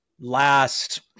last